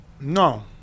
no